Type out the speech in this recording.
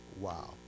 Wow